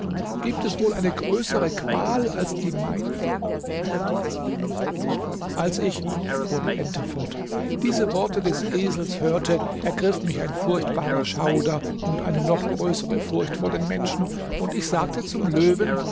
gibt es wohl eine größere qual als die meinige als ich fuhr die ente fort diese worte des esels hörte ergriff mich ein furchtbarer schauder und eine noch größere furcht vor den menschen und ich sagte zum löwen